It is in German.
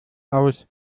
aus